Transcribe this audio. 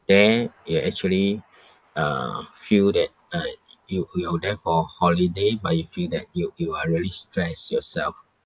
there you actually uh feel that uh y~ you are there for holiday but you feel that you you are really stress yourself